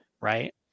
right